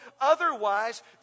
Otherwise